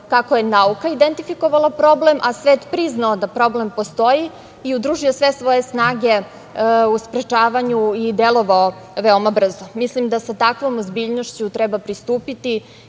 kako je nauka identifikovala problem, a svet priznao da problem postoji i udružio sve svoje snage u sprečavanju i delovao veoma brzo. Mislim da sa takvom ozbiljnošću treba pristupiti